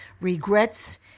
regrets